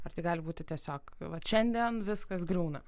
ar tai gali būti tiesiog vat šiandien viskas griūna